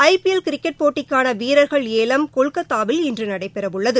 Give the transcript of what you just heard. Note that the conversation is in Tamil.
ஐபிஎல் கிரிக்கெட் போட்டிக்கான வீரர்கள் ஏலம் கொல்கத்தாவில் இன்று நடைபெறவுள்ளது